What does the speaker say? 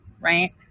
right